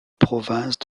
province